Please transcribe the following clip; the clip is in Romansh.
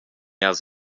has